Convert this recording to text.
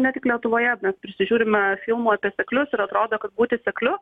ne tik lietuvoje mes prisižiūrime filmų apie seklius ir atrodo kad būti sekliu